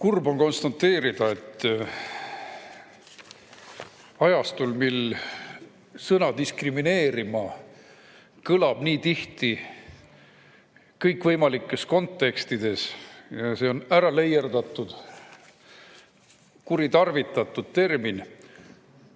Kurb on konstateerida, et [elame] ajastul, mil sõna "diskrimineerima" kõlab nii tihti kõikvõimalikes kontekstides, et see on äraleierdatud, kuritarvitatud termin.